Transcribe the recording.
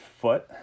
foot